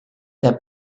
that